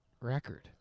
record